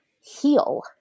heal